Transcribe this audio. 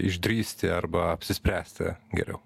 išdrįsti arba apsispręsti geriau